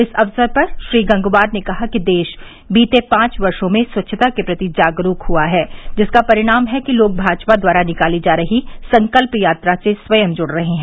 इस अवसर पर श्री गंगवार ने कहा कि देश बीते पांच वर्षो में स्वच्छता के प्रति जागरूक हुआ है जिसका परिणाम है कि लोग भाजपा द्वारा निकाली जा रही संकल्प यात्रा से स्वयं जुड़ रहे हैं